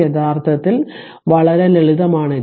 യഥാർത്ഥത്തിൽ വളരെ ലളിതമാണു ഇത്